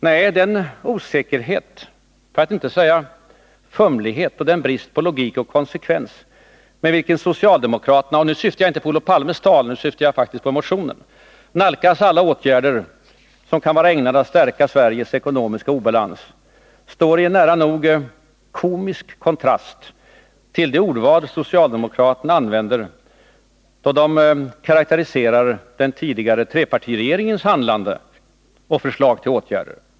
Nej, den osäkerhet, för att inte säga fumlighet, och den brist på logik och konsekvens med vilken socialdemokraterna — och nu syftar jag inte på Olof Palmes tal, utan nu syftar jag faktiskt på motionen — nalkas alla åtgärder som kan vara ägnade att lösa problemen med Sveriges ekonomiska obalans står i en nära nog komisk kontrast till det ordval som socialdemokraterna använder, då de karakteriserar den tidigare trepartiregeringens handlande och förslag till åtgärder.